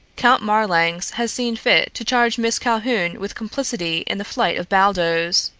count marlanx has seen fit to charge miss calhoun with complicity in the flight of baldos.